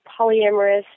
polyamorous